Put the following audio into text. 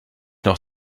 noch